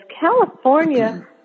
California